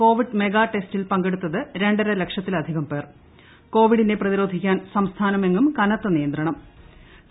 Covid mega ടെസ്റ്റിൽപ്പ്ക്ക്ടുത്തത് രണ്ടര ലക്ഷത്തിലധികം പേർഷ കോവിഡിനെ പ്രത്യിരോധിക്കാൻ സംസ്ഥാനമെങ്ങും ന് കനത്ത നിയന്ത്രണ്ം